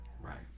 Right